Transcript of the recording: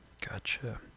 Gotcha